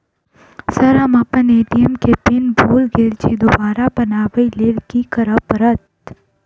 Sir हम अप्पन ATM केँ पिन भूल गेल छी दोबारा बनाबै लेल की करऽ परतै?